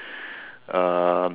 um